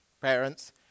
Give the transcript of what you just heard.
parents